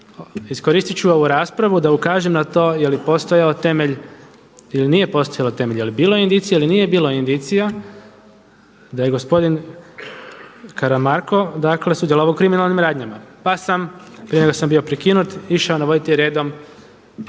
iskoristit ću ovu raspravu da ukažem na to je li postojao temelj ili nije postojao temelj, je li bilo indicija ili nije bilo indicija da je gospodin Karamarko dakle sudjelovao u kriminalnim radnjama, pa sam prije nego sam bio prekinut išao navoditi redom